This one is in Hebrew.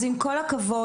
אז עם כל הכבוד,